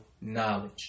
knowledge